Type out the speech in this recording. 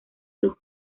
los